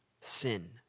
sin